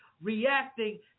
reacting